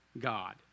God